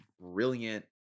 brilliant